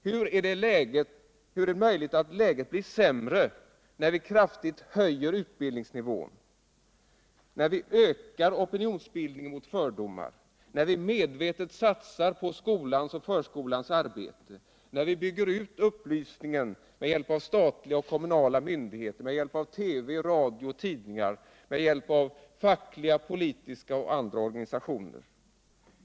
Hur är det möjligt att läget blir sämre när vi kraftigt höjer utbildningsnivån, när vi ökar opinionsbildningen mot fördomar, när vi medvetet satsar på skolans och förskolans arbete, när vi bygger ut upplysningen med hjälp av statliga och kommunala myndigheter, med hjälp av TV, radio och tidningar, med hjälp av fackliga, politiska och andra organisationer?